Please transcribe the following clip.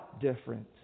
different